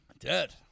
dead